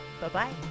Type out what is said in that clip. bye-bye